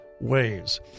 ways